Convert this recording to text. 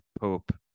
Pope